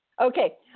Okay